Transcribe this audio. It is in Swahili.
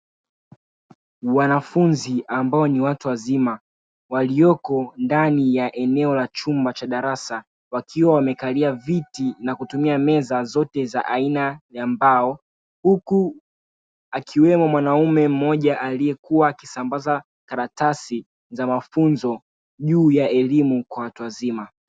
Wanafunzi ambao ni watu wazima, walioko ndani ya eneo la chumba cha darasa wakiwa wamekalia viti na kutumia meza zote za aina ya mbao, huku akiwemo mwanaume mmoja aliyekuwa akisambaza karatasi za mafunzo juu ya elimu kwa watu wazima.